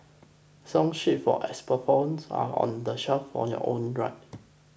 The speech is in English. song sheets for xylophones are on the shelf on your own right